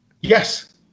Yes